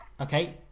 Okay